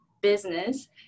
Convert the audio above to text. business